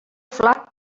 flac